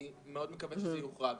אני מקווה מאוד שזה יוחרג.